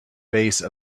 base